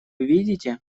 видите